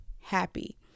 happy